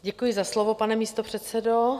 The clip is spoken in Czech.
Děkuji za slovo, pane místopředsedo.